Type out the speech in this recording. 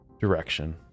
direction